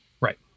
Right